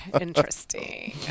Interesting